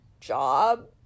job